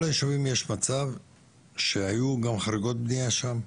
הישובים יש מצב שהיו גם חריגות בנייה שם,